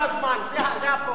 זה הפרופגנדה,